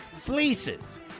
Fleeces